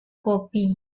kopi